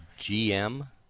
GM